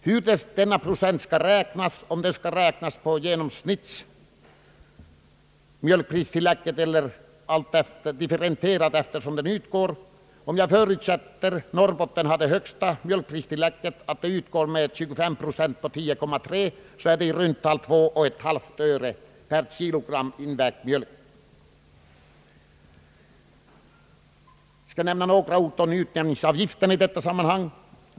Jag vet inte om dessa 25 procent skall räknas på genomsnittet eller skall differentieras. Om jag förutsätter att Norrbotten har det högsta mjölkpristillägget, 10,3 öre, blir 25 procent på detta i runt tal två och ett halvt öre per invägt kilogram mjölk. Jag skall också nämna några ord om utjämningsavgifterna i detta sammanhang.